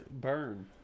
burn